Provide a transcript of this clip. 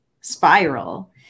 spiral